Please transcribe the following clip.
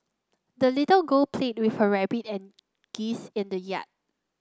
the little girl played with her rabbit and geese in the yard